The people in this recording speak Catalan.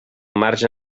marge